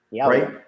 right